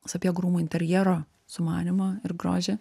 sapiegų rūmų interjero sumanymą ir grožį